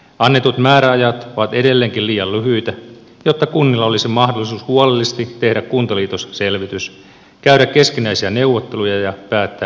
annetut määräajat ovat edelleenkin liian lyhyitä jotta kunnilla olisi mahdollisuus huolellisesti tehdä kuntaliitosselvitys käydä keskinäisiä neuvotteluja ja päättää yhdistymisesityksestä